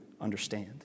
understand